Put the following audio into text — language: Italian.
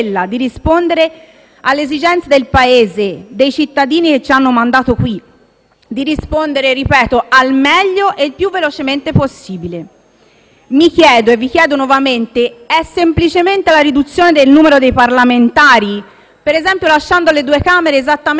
di farlo - lo ripeto - al meglio e più velocemente possibile. Mi chiedo e vi chiedo nuovamente: è semplicemente la riduzione del numero dei parlamentari, lasciando le due Camere esattamente così come sono (come hanno già detto prima di me), a darci la garanzia di fare un buon lavoro?